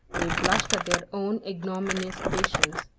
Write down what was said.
they blushed at their own ignominious patience,